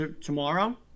Tomorrow